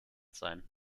sein